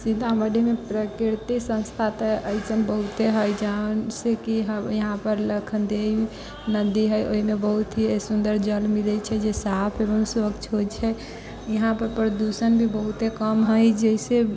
सीतामढ़ीमे प्राकृतिक संस्था तऽ अइसन बहुते हइ जहाँ जैसे कि यहाँ पर लखनदेइ नदी हइ ओहिमे बहुत ही सुन्दर जल मिलैत छै जे साफ एवम स्वच्छ होइत छै यहाँपर प्रदूषण भी बहुते कम हइ जैसे